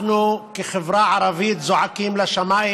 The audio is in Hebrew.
אנחנו כחברה ערבית זועקים לשמיים.